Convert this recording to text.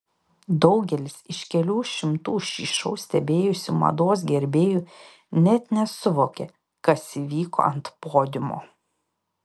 daugelis iš kelių šimtų šį šou stebėjusių mados gerbėjų net nesuvokė kas įvyko ant podiumo